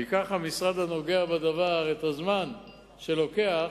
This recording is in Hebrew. ייקח המשרד הנוגע בדבר את הזמן שלוקח